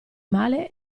male